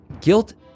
guilt